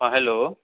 हँ हेलो